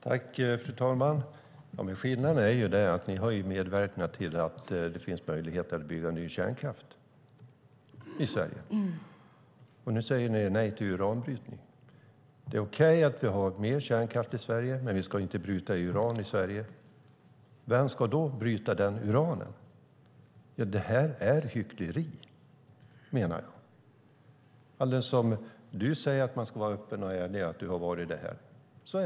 Fru talman! Skillnaden är att Centerpartiet har medverkat till att det finns möjligheter att bygga ny kärnkraft i Sverige, och nu säger de nej till uranbrytning. Det är okej att vi har mer kärnkraft i Sverige, men vi ska inte bryta uran här. Vem ska bryta det uranet? Ja, det är hyckleri, menar jag. Helena Lindahl säger att man ska vara öppen och ärlig och säger att hon varit det i denna fråga.